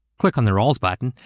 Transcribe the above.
click on the roles button,